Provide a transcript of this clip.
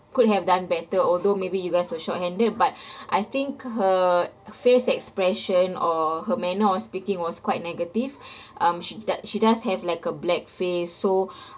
could have done better although maybe you guys were shorthanded but I think her face expression or her manner of speaking was quite negative um she doe~ she does have like a black face so